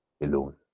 alone